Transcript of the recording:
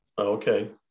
okay